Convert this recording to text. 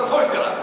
לרכוש דירה,